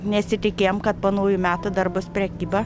nesitikėjom kad po naujųjų metų dar bus prekyba